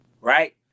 right